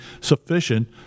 sufficient